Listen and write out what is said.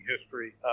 history